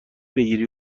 بگیری